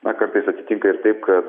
na kartais atsitinka ir taip kad